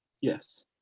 yes